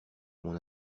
mon